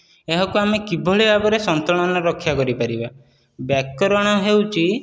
ଏହାକୁ ଆମେ କିଭଳି ଭାବରେ ସନ୍ତୁଳନ ରକ୍ଷା କରି ପାରିବା ବ୍ୟାକରଣ ହେଉଛି